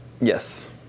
Yes